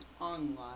online